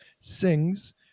sings